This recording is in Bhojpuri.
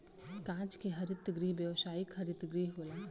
कांच के हरित गृह व्यावसायिक हरित गृह होला